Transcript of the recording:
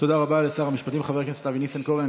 תודה רבה לשר המשפטים חבר הכנסת אבי ניסנקורן.